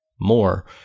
more